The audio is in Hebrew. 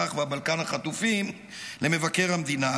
מזרח והבלקן החטופים למבקר המדינה,